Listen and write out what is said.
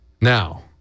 Now